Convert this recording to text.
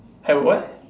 have what